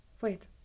wait